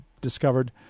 discovered